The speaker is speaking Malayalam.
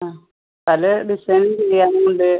ആ പല ഡിസൈൻ ചെയ്യാനും ഉണ്ട്